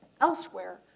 elsewhere